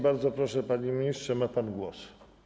Bardzo proszę, panie ministrze, ma pan głos.